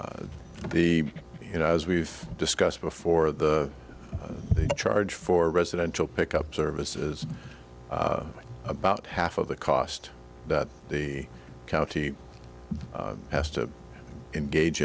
t the you know as we've discussed before the charge for residential pick up service is about half of the cost that the county has to engage